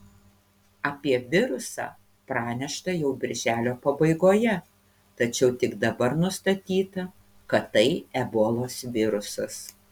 apie virusą pranešta jau birželio pabaigoje tačiau tik dabar nustatyta kad tai ebolos virusas